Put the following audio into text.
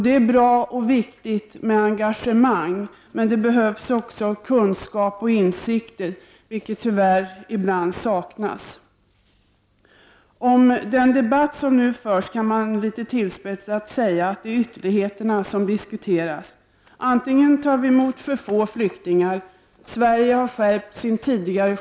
Det är bra och viktigt med engagemang, men det behövs också kunskap och insikter, vilket tyvärr saknas ibland. Om den debatt som nu förs kan man litet tillspetsat säga att det är ytterligheterna som diskuteras. Antingen, heter det, tar vi emot för få flyktingar eller också tar vi emot för många.